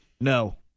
No